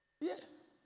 Yes